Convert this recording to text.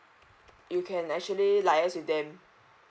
you can actually liaise with them